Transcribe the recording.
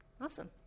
Awesome